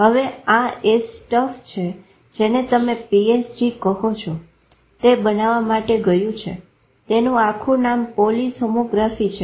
હવે આ એ સ્ટફ છે જેને તમે PSG કહો છો તે બનાવવા માટે ગયું છે તેનું આખું નામ પોલી સોમો ગ્રાફી છે